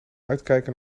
uitkijken